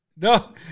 No